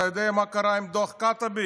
אתה יודע מה קרה עם דוח קעטבי?